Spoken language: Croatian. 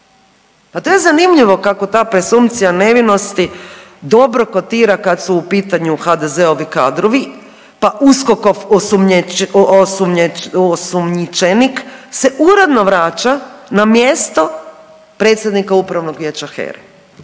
Pa to je zanimljivo kako ta presumpcija nevinosti dobro kotira kad su u pitanju HDZ-ovi kadrovi pa USKOK-ovom osumnjičenik se uredno vraća na mjesto predsjednika Upravnog vijeća HERA-e.